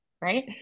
right